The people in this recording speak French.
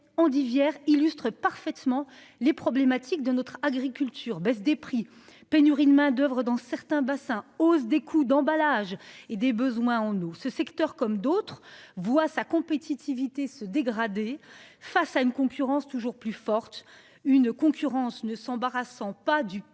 illustre parfaitement les problématiques de notre agriculture, baisse des prix. Pénurie de main d'oeuvre dans certains bassins hausse des coûts d'emballage et des besoins en eau ce secteur comme d'autres voix sa compétitivité se dégrader face à une concurrence toujours plus forte. Une concurrence ne s'embarrassant pas du